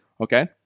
okay